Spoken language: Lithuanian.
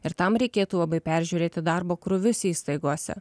ir tam reikėtų labai peržiūrėti darbo krūvius įstaigose